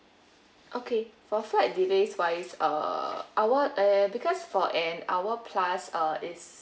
okay for flight delays wise uh our eh because for an hour plus uh it's